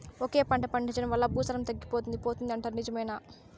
ఒకే పంట పండించడం వల్ల భూసారం తగ్గిపోతుంది పోతుంది అంటారు నిజమేనా